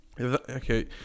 okay